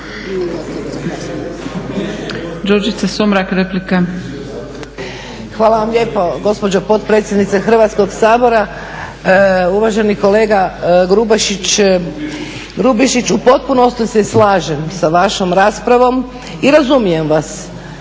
Hvala vam lijepo gospođo potpredsjednice Hrvatskog sabora. Uvaženi kolega Grubišić u potpunosti se slažem sa vašom raspravom i razumijem vas